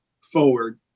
forward